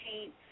paint